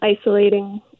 isolating